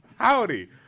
Howdy